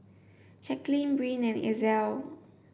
Jaclyn Brynn and Ezell